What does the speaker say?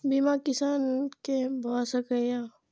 बीमा किसान कै भ सके ये?